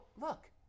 look